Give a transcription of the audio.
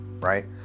Right